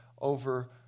over